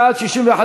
לשנת התקציב 2016,